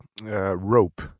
Rope